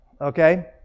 Okay